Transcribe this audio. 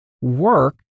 work